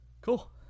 Cool